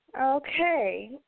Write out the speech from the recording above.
Okay